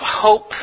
hope